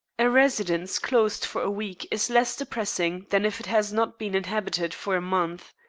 a residence closed for a week is less depressing than if it has not been inhabited for a month.